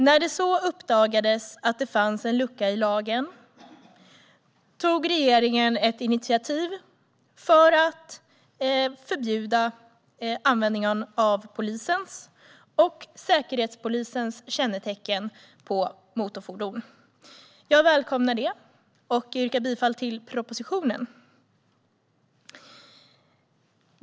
När det så uppdagades att det fanns en lucka i lagen tog regeringen ett initiativ till att förbjuda användningen av polisens och Säkerhetspolisens kännetecken på motorfordon. Jag välkomnar det och yrkar bifall till propositionen.